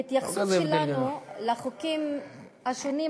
בהתייחסות שלנו לחוקים השונים,